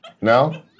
No